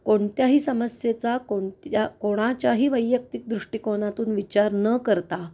कोणत्याही समस्येचा कोणत्या कोणाच्याही वैयक्तिक दृष्टिकोनातून विचार न करता